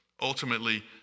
ultimately